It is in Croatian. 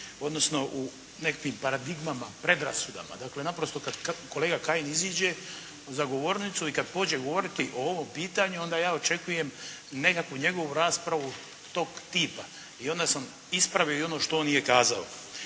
odnosno u nekakvim paradigmama, predrasudama. Dakle, naprosto kad kolega Kajin iziđe za govornicu i kad pođe govoriti o ovom pitanju onda ja očekujem nekakvu njegovu raspravu tog tipa i onda sam ispravio i ono što on nije kazao.